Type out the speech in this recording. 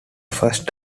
first